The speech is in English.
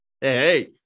Hey